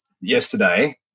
yesterday